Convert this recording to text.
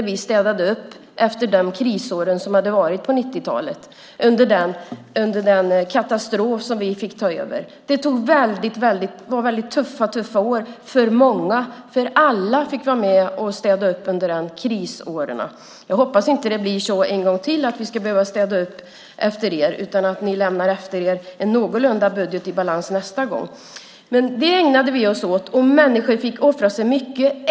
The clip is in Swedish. Vi städade då upp efter krisåren på 90-talet. Vi fick ta över under den katastrofen. Det var väldigt tuffa år för många eftersom alla fick vara med och städa upp efter dessa krisår. Jag hoppas att det inte blir så en gång till, att vi ska behöva städa upp efter er, utan att ni lämnar efter er en budget som är någorlunda i balans nästa gång. Men detta ägnade vi oss åt, och människor fick offra sig mycket.